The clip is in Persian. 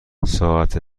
ساعت